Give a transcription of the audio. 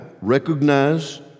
Recognize